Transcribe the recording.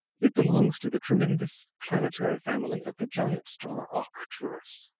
it belongs to the tremendous planetary family of the giant star arcturus.